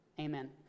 Amen